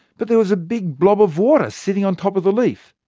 but there was a big blob of water sitting on top of the leaf,